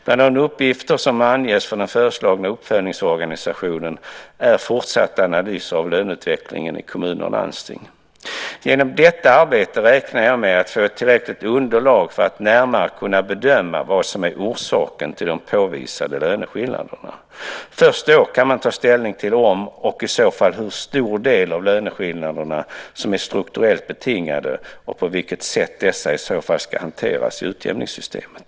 Bland de uppgifter som anges för den föreslagna uppföljningsorganisationen är fortsatta analyser av löneutvecklingen i kommuner och landsting. Genom detta arbete räknar jag med att få ett tillräckligt underlag för att närmare kunna bedöma vad som är orsaken till de påvisade löneskillnaderna. Först då kan man ta ställning till om och i så fall hur stor del av löneskillnaderna som är strukturellt betingade och på vilket sätt dessa i så fall ska hanteras i utjämningssystemet.